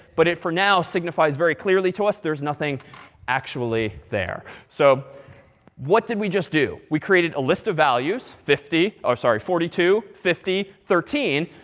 but it for now, signifies very clearly to us there's nothing actually there. so what did we just do? we created a list of values fifty, oh sorry forty two, fifty, thirteen,